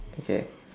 okay